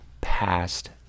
past